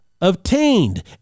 obtained